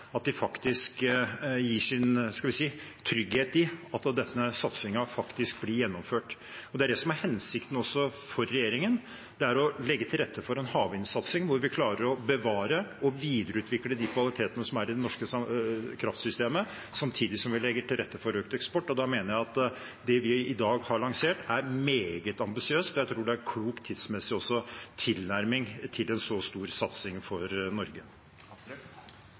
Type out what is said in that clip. trygghet for at denne satsingen faktisk blir gjennomført. Det er det som er hensikten også for regjeringen: å legge til rette for en havvindsatsing hvor vi klarer å bevare og videreutvikle de kvalitetene som er i det norske kraftsystemet, samtidig som vi legger til rette for økt eksport. Da mener jeg at det vi i dag har lansert, er meget ambisiøst. Jeg tror det også er en klok tidsmessig tilnærming til en så stor satsing for Norge.